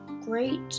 great